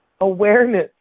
awareness